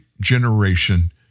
generation